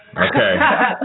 Okay